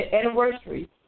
anniversary